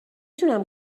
تونم